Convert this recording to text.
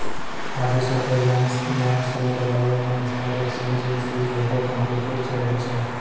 आबे सभ्भे लेन देन शेयर बजारो मे स्टॉक एक्सचेंज से जुड़लो कंप्यूटरो से होय छै